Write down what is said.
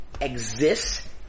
exists